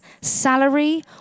salary